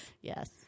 Yes